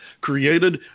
created